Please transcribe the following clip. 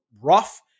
rough